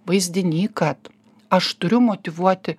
vaizdiny kad aš turiu motyvuoti